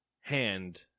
hand